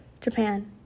Japan